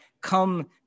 come